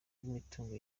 imitungo